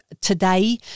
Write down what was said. today